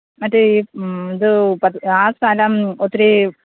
മറ്റേ ഈ ഇത് പത് ആ സ്ഥലം ഒത്തിരി